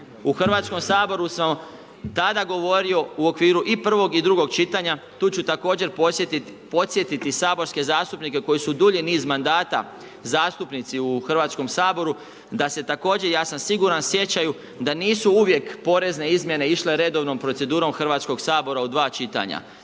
U Hrvatskom saboru sam tada govorio u okviru i prvog i drugo čitanja. Tu ću također podsjetiti saborske zastupnike koji su dulji niz mandata zastupnici u Hrvatskom saboru da se također, ja sam siguran sjećaju da nisu uvijek porezne izmjene išle redovnom procedurom Hrvatskog sabora u dva čitanja.